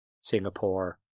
Singapore